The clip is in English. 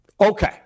Okay